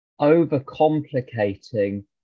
overcomplicating